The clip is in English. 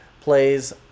plays